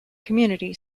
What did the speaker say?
community